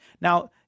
Now